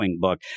book